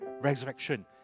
resurrection